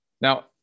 Now